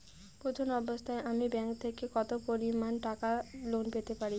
প্রথম অবস্থায় আমি ব্যাংক থেকে কত পরিমান টাকা লোন পেতে পারি?